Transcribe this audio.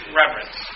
reverence